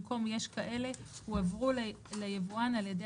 במקום "יש כאלה" יבוא "הועברו ליבואן על ידי